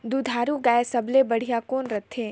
दुधारू गाय सबले बढ़िया कौन रथे?